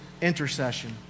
intercession